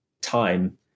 time